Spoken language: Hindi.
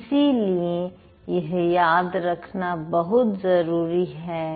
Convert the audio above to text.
इसीलिए याद रखना बहुत जरूरी है